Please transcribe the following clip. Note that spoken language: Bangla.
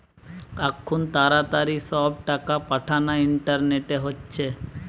আখুন তাড়াতাড়ি সব টাকা পাঠানা ইন্টারনেটে হচ্ছে